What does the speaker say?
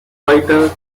writer